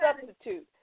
substitute